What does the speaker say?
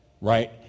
right